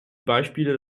beispiele